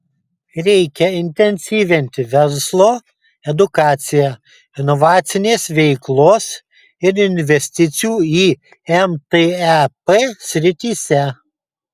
reikia intensyvinti verslo edukaciją inovacinės veiklos ir investicijų į mtep srityse